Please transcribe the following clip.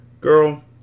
Girl